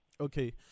Okay